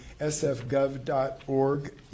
sfgov.org